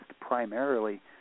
primarily